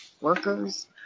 workers